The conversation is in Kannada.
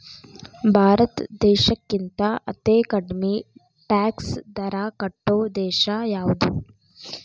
ಭಾರತ್ ದೇಶಕ್ಕಿಂತಾ ಅತೇ ಕಡ್ಮಿ ಟ್ಯಾಕ್ಸ್ ದರಾ ಕಟ್ಟೊ ದೇಶಾ ಯಾವ್ದು?